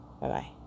Bye-bye